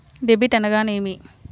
Debit అనగానేమి?